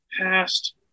past